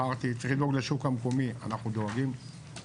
צריכים לדאוג לשוק המקומי, אנחנו דואגים.